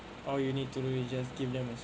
all you need to do you just give them a